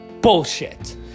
Bullshit